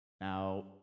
Now